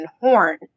Horn